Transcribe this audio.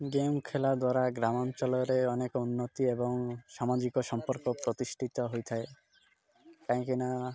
game ଖେଳିବା ଦ୍ୱାରା ଗ୍ରାମାଞ୍ଚଳରେ ଅନେକ ଉନ୍ନତି ଏବଂ ସାମାଜିକ ସମ୍ପର୍କ ପ୍ରତିଷ୍ଠିତ ହୋଇଥାଏ କାହିଁକିନା